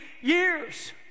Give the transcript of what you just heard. years